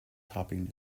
topping